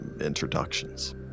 introductions